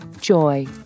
Joy